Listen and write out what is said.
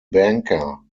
banker